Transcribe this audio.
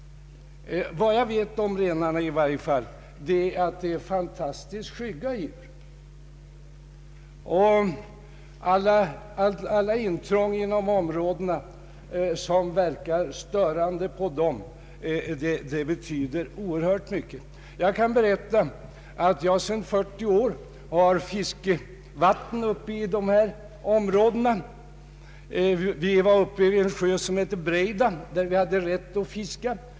Så mycket vet jag om renarna att de är fantastiskt skygga djur. Alla intrång på de områden där de vistas verkar störande på dem. Jag kan berätta att jag sedan 40 år tillbaka har fiskevatten i dessa områden. Vi var en gång uppe vid en sjö som heter Breida, i vilken vi hade rätt att fiska.